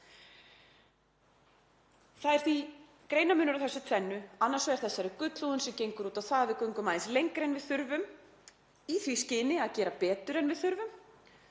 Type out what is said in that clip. Það er því greinarmunur á þessu tvennu, annars vegar þessari gullhúðun sem gengur út á það að við göngum aðeins lengra en við þurfum í því skyni að gera betur en við þurfum